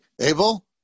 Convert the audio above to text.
Abel